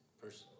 person